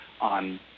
on